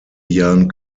jahren